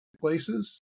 places